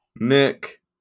Nick